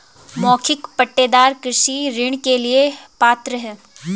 मौखिक पट्टेदार कृषि ऋण के लिए पात्र हैं